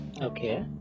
Okay